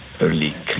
early